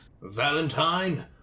valentine